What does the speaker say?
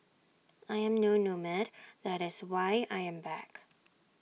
I am no nomad that's why I am back